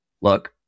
look